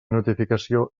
notificació